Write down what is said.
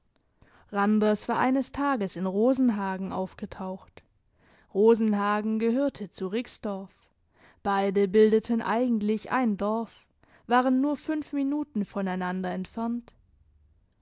randers war eines tages in rosenhagen aufgetaucht rosenhagen gehörte zu rixdorf beide bildeten eigentlich ein dorf waren nur fünf minuten von einander entfernt